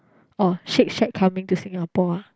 oh shake shack coming to Singapore ah